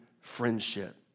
friendship